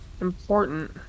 important